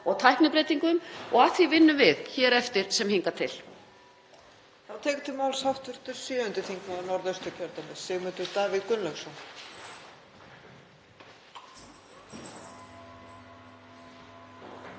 og tæknibreytingum og að því vinnum við hér eftir sem hingað til.